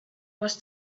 was